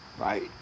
right